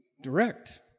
direct